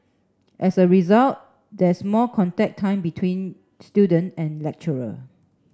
as a result there's more contact time between student and lecturer